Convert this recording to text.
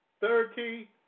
thirty